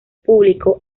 público